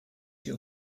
your